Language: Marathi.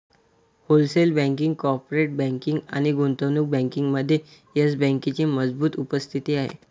होलसेल बँकिंग, कॉर्पोरेट बँकिंग आणि गुंतवणूक बँकिंगमध्ये येस बँकेची मजबूत उपस्थिती आहे